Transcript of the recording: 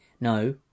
No